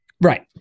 Right